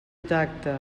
tacte